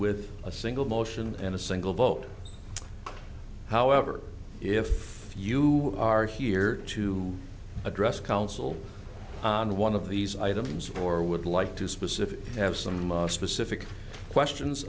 with a single motion and a single vote however if you are here to address council or one of these items or would like to specific have some more specific questions